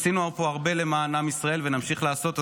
עשינו פה הרבה למען עם ישראל ונמשיך לעשות.